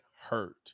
hurt